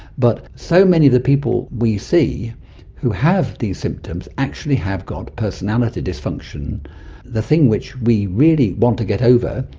but so many of the people we see who have these symptoms actually have got personality dysfunction the thing which we really want to get over,